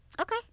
Okay